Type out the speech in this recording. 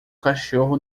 cachorro